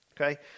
okay